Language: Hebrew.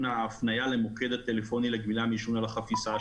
ההפניה למוקד הטלפוני לגמילה מעישון על החפיסה,